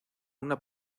una